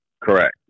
Correct